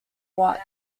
wat